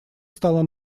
стала